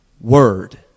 Word